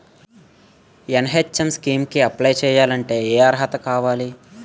NHM scheme కి apply చేయాలి అంటే ఏ అర్హత కావాలి?